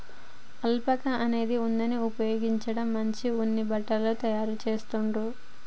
alpaca అనే ఉన్నిని ఉపయోగించి మంచి ఉన్ని బట్టలు తాయారు చెస్తాండ్లు